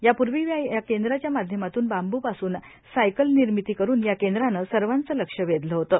यापूर्वी या केंद्राच्या माध्यमातून बांबूपासून सायकल निर्मिती करून या केंद्रानं सर्वाचं लक्ष वेधलं होतं